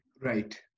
Right